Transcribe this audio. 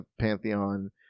Pantheon